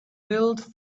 build